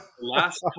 Last